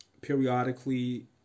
periodically